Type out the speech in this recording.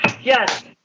Yes